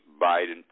Biden